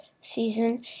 season